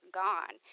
gone